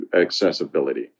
accessibility